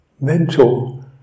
mental